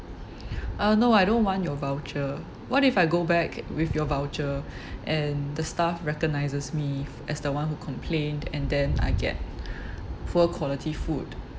uh no I don't want your voucher what if I go back with your voucher and the staff recognizes me as the one who complained and then I get poor quality food